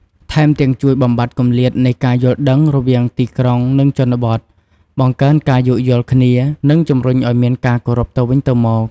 ថែមទាំង ជួយបំបាត់គម្លាតនៃការយល់ដឹងរវាងទីក្រុង និងជនបទ បង្កើនការយោគយល់គ្នា និងជំរុញឱ្យមានការគោរពទៅវិញទៅមក។